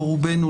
או רובנו,